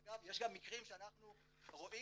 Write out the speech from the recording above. אגב, יש גם מקרים שאנחנו רואים